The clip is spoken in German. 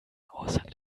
aussage